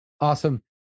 Awesome